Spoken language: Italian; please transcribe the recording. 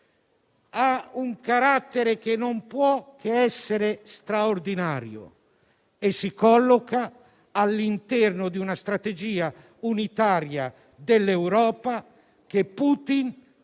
ha un carattere che non può che essere straordinario e si colloca all'interno di una strategia unitaria dell'Europa che Putin,